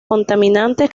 contaminantes